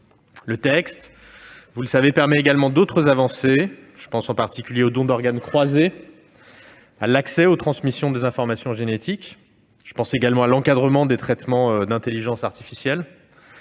Ce texte permet également d'autres avancées. Je pense en particulier au don d'organes croisé et à l'accès aux transmissions des informations génétiques. Je pense également à l'encadrement des traitements d'intelligence artificielle.